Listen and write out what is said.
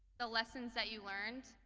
the lessons that you learned,